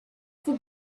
for